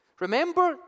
Remember